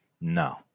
no